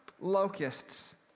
locusts